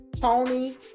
Tony